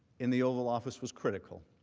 in the oval office was critical.